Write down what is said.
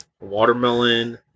watermelon